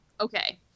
okay